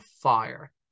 fire